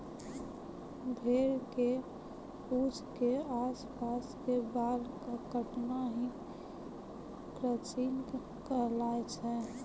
भेड़ के पूंछ के आस पास के बाल कॅ काटना हीं क्रचिंग कहलाय छै